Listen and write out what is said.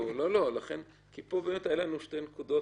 פה באמת היו לנו שתי נקודות